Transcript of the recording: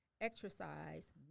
exercise